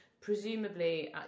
Presumably